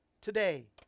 today